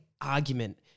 argument